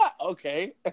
Okay